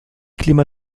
klima